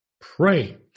Pray